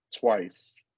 twice